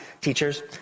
teachers